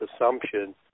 assumption